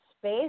space